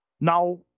Now